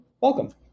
welcome